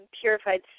purified